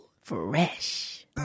Fresh